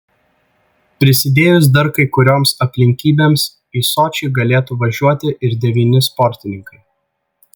prisidėjus dar kai kurioms aplinkybėms į sočį galėtų važiuoti ir devyni sportininkai